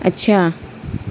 اچھا